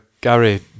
Gary